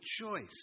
choice